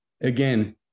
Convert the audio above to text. Again